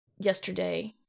yesterday